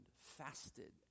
fasted